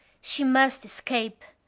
she must escape!